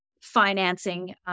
financing